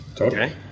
okay